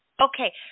Okay